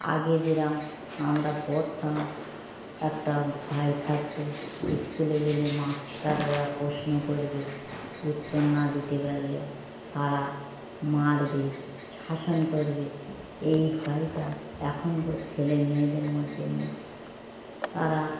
আগে যেরম আমরা পড়তাম একটা ভয় থাকতো স্কুলে গেলে মাস্টাররা প্রশ্ন করবে উত্তর না দিতে পারলে তারা মারবে শাসন করবে এই ভয়টা এখনকার ছেলেমেয়েদের মধ্যে নেই তারা